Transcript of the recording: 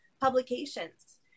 publications